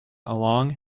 along